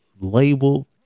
label